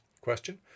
Question